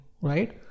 right